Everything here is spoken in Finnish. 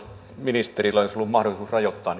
ministerillä olisi ollut mahdollisuus rajoittaa